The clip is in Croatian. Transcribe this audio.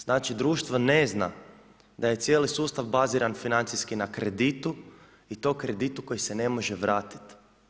Znači, društvo ne zna da je cijeli sustav baziran financijski na kreditu i to kreditu koji se ne može vratiti.